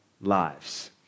lives